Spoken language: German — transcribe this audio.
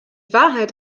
wahrheit